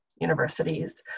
universities